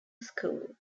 school